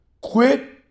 Quit